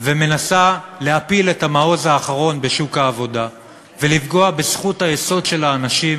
ומנסה להפיל את המעוז האחרון בשוק העבודה ולפגוע בזכות היסוד של האנשים